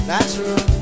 Natural